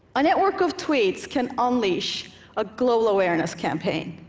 a network of tweets can unleash a global awareness campaign.